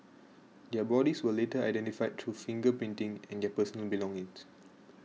their bodies were later identified through finger printing and their personal belongings